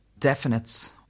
definites